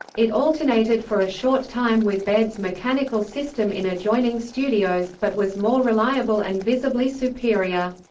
it alternated for a short time with baird's mechanical system in adjoining studios, but was more reliable and visibly superior.